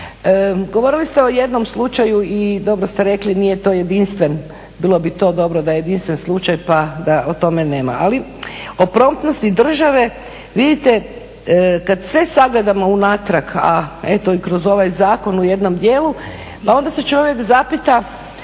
govorili ste o jednom slučaju i dobro ste rekli nije to jedinstven, bilo bi to dobro da je jedinstven slučaj pa da o tome nema ali o promptnosti države vidite kad sve sagledamo unatrag, a eto i kroz ovaj zakon u jednom dijelu pa onda se čovjek zapita